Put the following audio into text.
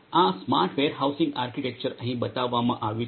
આ smart warehousing architecture અહીં બતાવવામાં આવ્યું છે